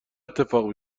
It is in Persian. اتفاق